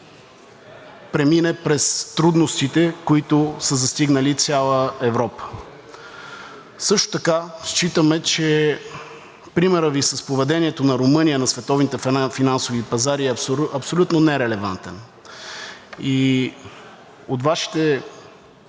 премине през трудностите, които са застигнали цяла Европа. Също така считаме, че примерът Ви с поведението на Румъния на световните финансови пазари е абсолютно нерелевантен и от Вашите